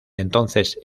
entonces